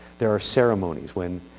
there are ceremonies when,